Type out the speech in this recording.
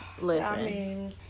listen